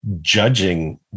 Judging